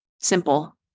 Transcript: simple